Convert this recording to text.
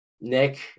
Nick